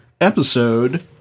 Episode